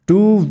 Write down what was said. Two